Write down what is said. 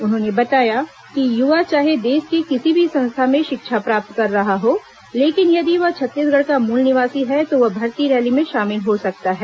उन्होंने बताया कि युवा चाहे देश के किसी भी संस्था में शिक्षा प्राप्त कर रहा हो लेकिन यदि वह छत्तीसगढ़ का मूल निवासी है तो वह भर्ती रैली में शामिल हो सकता है